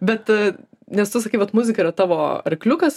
bet nes tu sakei vat muzika yra tavo arkliukas